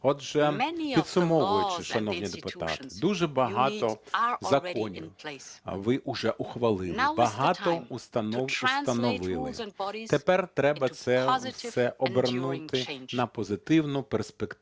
Отже, підсумовуючи, шановні депутати. Дуже багато законів ви уже ухвалили, багато установ установили. Тепер треба це все обернути на позитивну, перспективну,